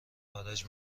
خارج